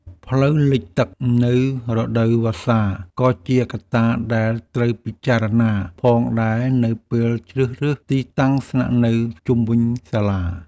ផ្លូវលិចទឹកនៅរដូវវស្សាក៏ជាកត្តាដែលត្រូវពិចារណាផងដែរនៅពេលជ្រើសរើសទីតាំងស្នាក់នៅជុំវិញសាលា។